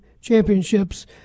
championships